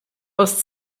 aus